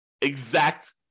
exact